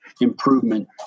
improvement